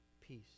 peace